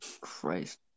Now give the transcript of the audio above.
Christ